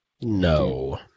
No